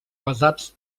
basats